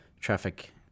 traffic